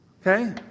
Okay